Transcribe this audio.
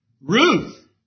Ruth